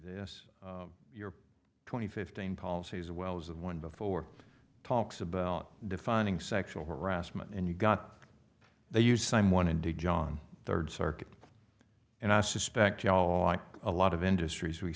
this your twenty fifteen policy as well as the one before talks about defining sexual harassment and you got they use someone into john third circuit and i suspect you all are a lot of industries we